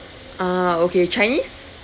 uh okay chinese